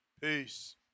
Peace